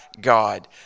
God